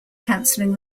canceling